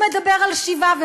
הוא מדבר על שיבה,